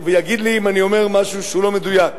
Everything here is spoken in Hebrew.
ויגיד לי אם אני אומר משהו לא מדויק,